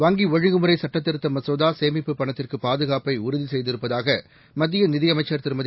வங்கி ஒழுங்குமுறை சட்டதிருத்த மசோதா சேமிப்புப் பணத்திற்கு பாதுகாப்பை உறுதி செய்திருப்பதாக மத்திய நிதியமைச்சர் திருமதி